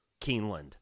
Keeneland